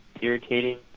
irritating